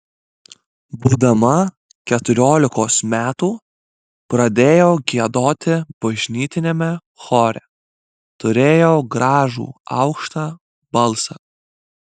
būdama keturiolikos metų pradėjau giedoti bažnytiniame chore turėjau gražų aukštą balsą